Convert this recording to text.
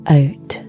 out